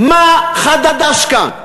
מה חדש כאן?